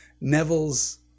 Neville's